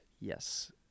yes